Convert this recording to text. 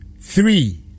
three